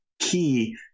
key